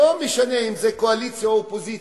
לא משנה אם זה קואליציה או אופוזיציה,